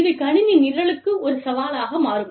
இது கணினி நிரலுக்கு ஒரு சவாலாக மாறும்